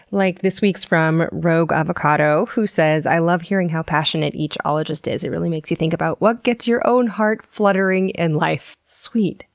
like this week's from rogueavocado, who says i love hearing how passionate each ologist is. it really makes you think about what gets your own heart fluttering in life. sweet!